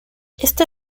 este